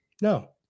No